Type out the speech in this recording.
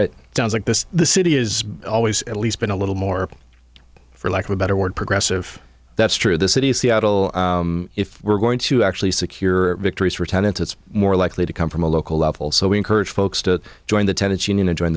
this the city is always at least been a little more for lack of a better word progressive that's true the city of seattle if we're going to actually secure victories for tenants it's more likely to come from a local level so we encourage folks to join the tenants union and join